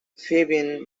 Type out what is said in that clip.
fabian